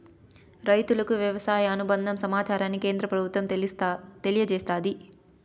రైతులకు వ్యవసాయ అనుబంద సమాచారాన్ని కేంద్ర ప్రభుత్వం తెలియచేస్తాది